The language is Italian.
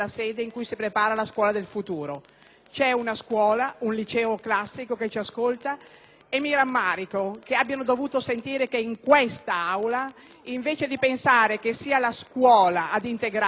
tribuna studenti di un liceo classico che ci ascoltano e mi rammarico che abbiano dovuto sentire che in quest'Aula, invece di pensare che sia la scuola ad integrare, si pensa che sia la scuola che crea